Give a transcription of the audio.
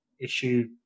issue